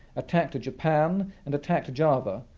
attacked japan and attacked java,